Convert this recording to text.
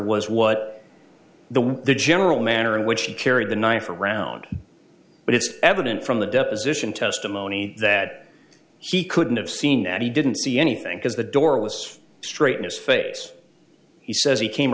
was what the what the general manner in which he carried the knife around but it's evident from the deposition testimony that he couldn't have seen that he didn't see anything because the door was straightness face he says he came